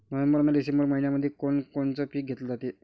November अन डिसेंबर मइन्यामंधी कोण कोनचं पीक घेतलं जाते?